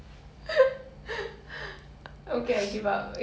!wow!